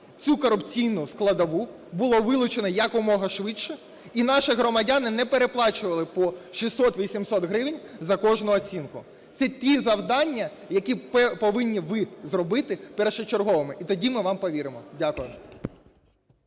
цю корупційну складову було вилучено якомога швидше і наші громадяни не переплачували по 600-800 гривень за кожну оцінку. Це ті завдання, які повинні ви зробити першочерговими, і тоді ми вам повіримо. Дякую.